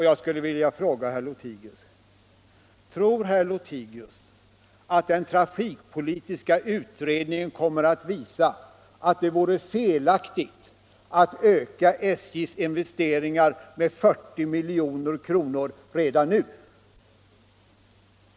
Jag vill fråga: Tror herr Lothigius att den trafikpolitiska utredningen kommer att visa att det hade varit felaktigt att öka SJ:s investeringar redan nu?